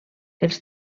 els